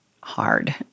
hard